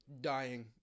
dying